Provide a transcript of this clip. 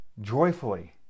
joyfully